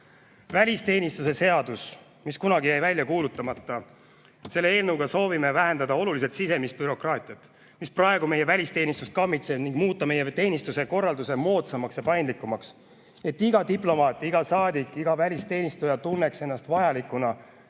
Välisteenistuse seadus, mis kunagi jäi välja kuulutamata. Selle eelnõuga soovime vähendada oluliselt sisemist bürokraatiat, mis praegu meie välisteenistust kammitseb, ning muuta meie teenistuse korraldus moodsamaks ja paindlikumaks, et iga diplomaat, iga saadik ja iga välisteenistuja tunneks ennast vajalikuna,